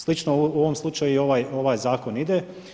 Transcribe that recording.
Slično u ovom slučaju i ovaj zakon ide.